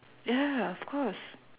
ya of course